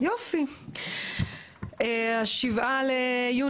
היום ח' בסיון התשפ"ב, 7 ביוני